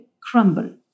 crumble